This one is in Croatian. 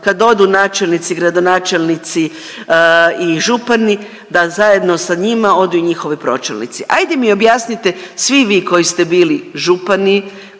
kad odu načelnici, gradonačelnici i župani, da zajedno sa njima odu i njihovi pročelnici. Ajde mi objasnite svi vi koji ste bili župani,